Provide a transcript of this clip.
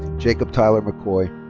jacob tyler mccoy.